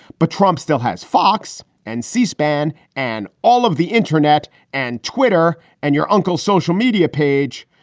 but trump still has fox and c-span and all of the internet and twitter and your uncle's social media page.